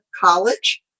College